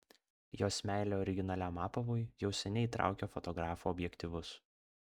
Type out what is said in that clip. jos meilė originaliam apavui jau seniai traukia fotografų objektyvus